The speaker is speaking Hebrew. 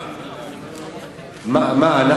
מדברים על, בממשלה.